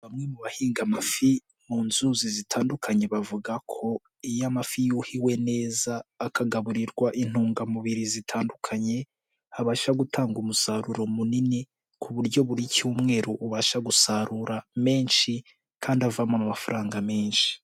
Bamwe mu bahinga amafi mu nzuzi zitandukanye bavuga ko iyo amafi yuhiwe neza akagaburirwa intungamubiri zitandukanye abasha gutanga umusaruro munini ku buryo buri cyumweru ubasha gusarura menshi kandi avamo n'amafaranga menshi.